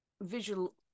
visual